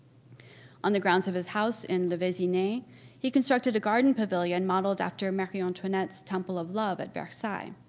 on the grounds of his house in le vezinay he constructed a garden pavilion modeled after marie antoinette's temple of love at versailles.